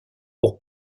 pour